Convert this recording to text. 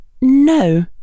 No